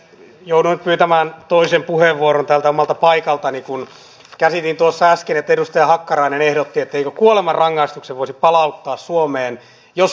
jouduin vetämään toisen puheenvuoron tältä omalta paikaltani kun kävi tuossa äsken kiitoksia ministerille hyvästä esittelystä siitä missä ollaan nyt menossa